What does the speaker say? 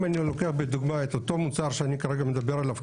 אם אני לוקח בדוגמה את אותו מוצר שאני כרגע מדבר עליו,